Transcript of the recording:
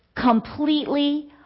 completely